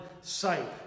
sight